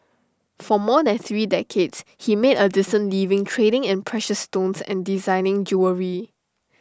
for more than three decades he made A decent living trading in precious stones and designing jewellery